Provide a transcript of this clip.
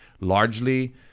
largely